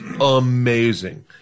amazing